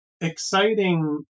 exciting